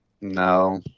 no